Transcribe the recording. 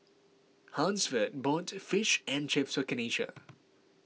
Hansford bought Fish and Chips Kenisha